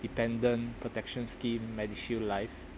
dependent protection scheme medishield life